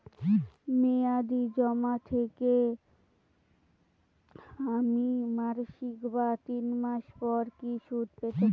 মেয়াদী জমা থেকে আমি মাসিক বা তিন মাস পর কি সুদ পেতে পারি?